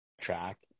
track